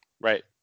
Right